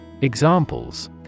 Examples